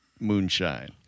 moonshine